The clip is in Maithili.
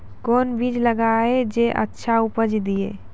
कोंन बीज लगैय जे अच्छा उपज दिये?